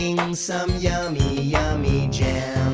some yummy yummy jam.